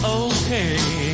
okay